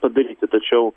padaryti tačiau